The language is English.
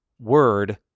Word